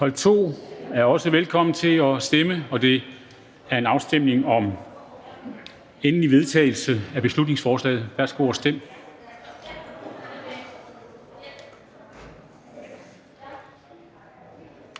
Hold 2 er også velkommen til at stemme, og det er en afstemning om endelig vedtagelse af beslutningsforslaget. Værsgo at stemme.